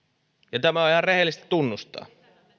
tämä on ihan rehellistä tunnustaa